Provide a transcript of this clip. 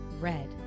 red